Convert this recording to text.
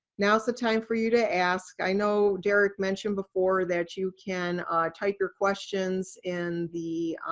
now's the time for you to ask. i know derek mentioned before that you can type your questions in the